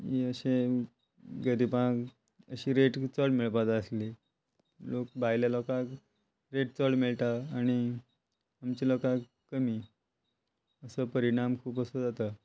अशें गरिबांक अशी रेट चड मेळपा जाय आसली लोक भायल्या लोकांक रेट चड मेळटा आनी आमच्या लोकांक कमी असो परिणाम खूब असो जाता